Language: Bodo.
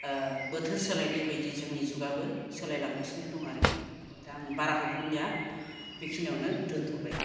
बोथोर सोलायनाय बायदि जोंनि जुगआबो सोलायलांगासिनो दङ आरोकि दा आं बाराखौ बुंलिया बेखिनियावनो दोन्थ'बाय